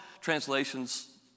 translations